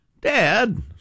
Dad